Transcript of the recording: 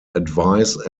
advice